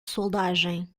soldagem